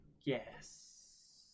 Yes